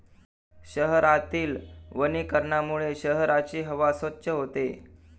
शहरातील वनीकरणामुळे शहराची हवा स्वच्छ होते